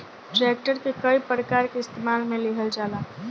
tractor के कई प्रकार के इस्तेमाल मे लिहल जाला